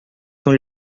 são